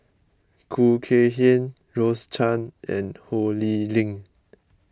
Khoo Kay Hian Rose Chan and Ho Lee Ling